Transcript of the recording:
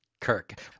Kirk